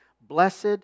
blessed